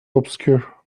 obscure